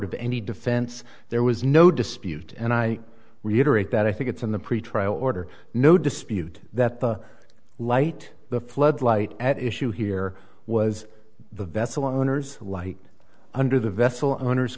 of any defense there was no dispute and i reiterate that i think it's in the pretrial order no dispute that the light the floodlight at issue here was the vessel owners light under the vessel owners